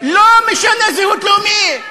לא משנה זהות לאומית.